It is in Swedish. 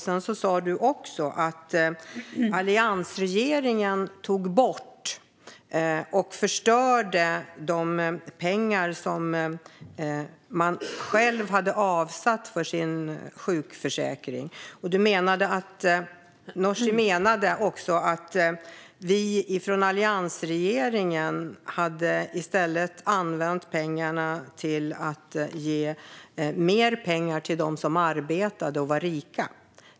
Sedan sa du också att alliansregeringen tog bort de pengar som man själv hade avsatt för sin sjukförsäkring. Du menade också att vi från alliansregeringen i stället hade använt pengarna till att ge mer pengar till dem som arbetade och var rika.